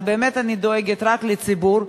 ובאמת אני דואגת רק לציבור.